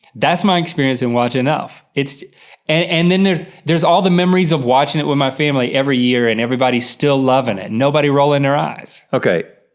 that's my experience in watching elf. and then there's, there's all the memories of watching it with my family every year and everybody's still loving it, nobody rolling their eyes. okay,